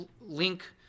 link